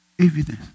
evidence